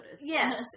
Yes